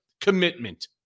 commitment